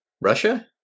Russia